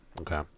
okay